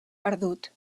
perdut